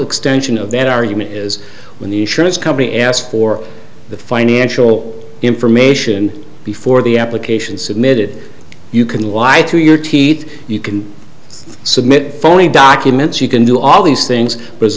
extension of that argument is when the insurance company asked for the financial information before the application submitted you can lie to your teeth you can submit phony documents you can do all these things but as